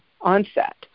onset